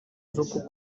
z’uku